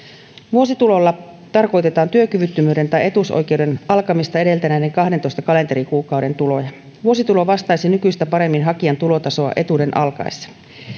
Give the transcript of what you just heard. vuositulolla tarkoitetaan työkyvyttömyyden tai etuusoikeuden alkamista edeltäneiden kahdentoista kalenterikuukauden tuloja vuositulo vastaisi nykyistä paremmin hakijan tulotasoa etuuden alkaessa